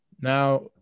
now